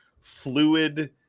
fluid